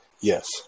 Yes